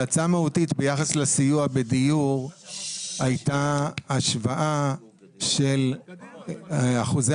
ביחס לסיוע בדיור הייתה השוואה של אחוזי